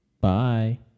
Bye